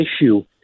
issue